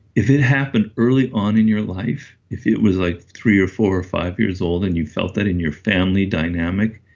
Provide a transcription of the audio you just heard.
if it happened early on in your life, if it was like three or four or five years old and you felt that in your family dynamic,